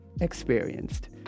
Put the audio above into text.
experienced